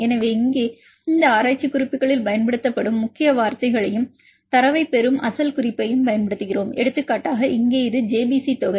எனவே இங்கே இந்த ஆராய்ச்சி குறிப்புகளில் பயன்படுத்தப்படும் முக்கிய வார்த்தைகளையும் தரவைப் பெறும் அசல் குறிப்பையும் பயன்படுத்துகிறோம் எடுத்துக்காட்டாக இங்கே இது ஜேபிசி தொகை